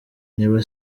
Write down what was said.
niba